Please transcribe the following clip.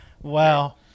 Wow